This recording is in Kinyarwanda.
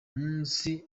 munsi